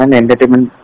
entertainment